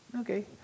Okay